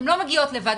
הן לא מגיעות לבד,